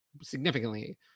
significantly